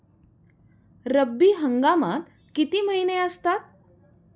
रब्बी हंगामात किती महिने असतात?